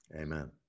Amen